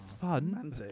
Fun